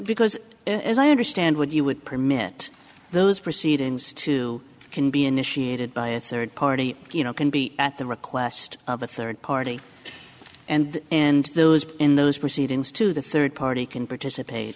because as i understand would you would permit those proceedings to can be initiated by a third party you know can be at the request of a third party and and those in those proceedings to the third party can participate